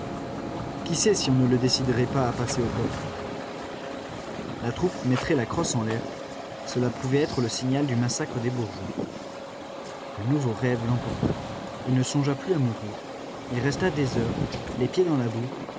qui sait si on ne le déciderait pas à passer au peuple la troupe mettrait la crosse en l'air cela pouvait être le signal du massacre des bourgeois un nouveau rêve l'emporta il ne songea plus à mourir il resta des heures les pieds dans la boue